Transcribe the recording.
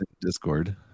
Discord